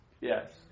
yes